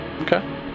Okay